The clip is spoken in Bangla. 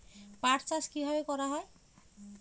পাট চাষ কীভাবে করা হয়?